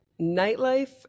Nightlife